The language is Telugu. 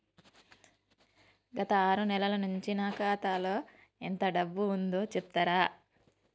గత ఆరు నెలల నుంచి నా ఖాతా లో ఎంత డబ్బు ఉందో చెప్తరా?